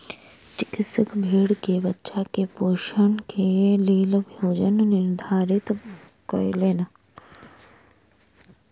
चिकित्सक भेड़क बच्चा के पोषणक लेल भोजन निर्धारित कयलैन